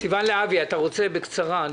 סיון להבי, אתה רוצה להתייחס בקצרה?